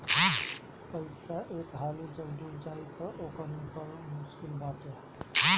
पईसा एक हाली जब डूब जाई तअ ओकर निकल मुश्लिक बाटे